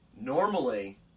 normally